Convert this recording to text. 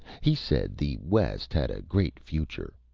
he said the west had a great future.